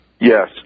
Yes